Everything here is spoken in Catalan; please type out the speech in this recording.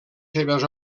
seves